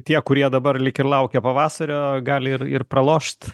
tie kurie dabar lyg ir laukia pavasario gali ir ir pralošt